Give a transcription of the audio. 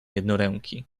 jednoręki